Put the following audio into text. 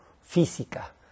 física